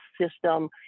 system